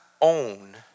own